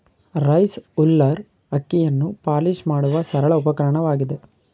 rice huller ಅಕ್ಕಿಯನ್ನು polish ಮಾಡುವ ಸರಳ ಉಪಕರಣವಾಗಿದೆ